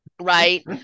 right